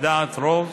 בדעת רוב,